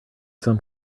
some